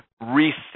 reset